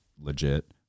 legit